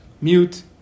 mute